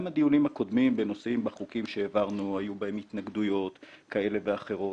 גם הדיונים הקודמים בחוקים שהעברנו היו בהם התנגדויות כאלה ואחרות